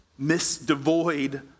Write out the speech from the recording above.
misdevoid